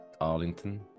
Arlington